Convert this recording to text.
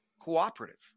cooperative